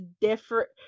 different